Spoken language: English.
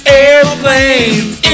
airplanes